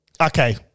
Okay